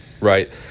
right